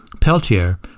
Peltier